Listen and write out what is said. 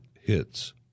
hits